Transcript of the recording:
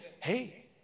hey